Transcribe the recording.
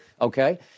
Okay